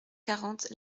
quarante